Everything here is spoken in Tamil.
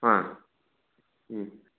ஆ ம்